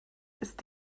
ist